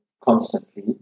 constantly